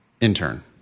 intern